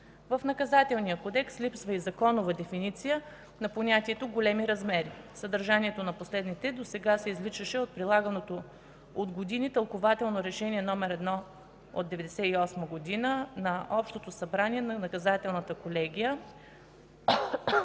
В Наказателния кодекс липсва и законова дефиниция на понятието „Големи размери”. Съдържанието на последните досега се извличаше от прилаганото от години Тълкувателно Решение № 1/98 г. на Общото събрание на наказателната колегия